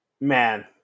man